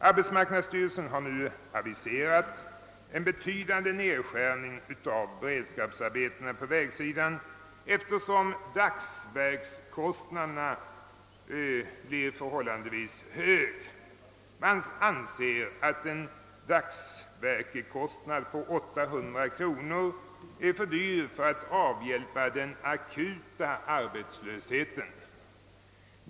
Arbetsmarknadsstyrelsen har nu aviserat en betydande nedskärning av beredskapsarbetena på vägsidan, eftersom dagsverkskostnaderna blir förhållandevis dryga. Man anser att en dagsverkskostnad av 800 kronor är för hög när det gäller att avhjälpa den akuta arbetslösheten.